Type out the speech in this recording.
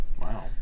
wow